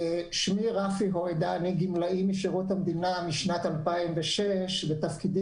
אני גמלאי משירות המדינה משנת 2006 ובתפקידי